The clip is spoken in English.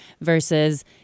versus